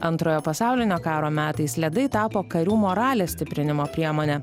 antrojo pasaulinio karo metais ledai tapo karių moralės stiprinimo priemone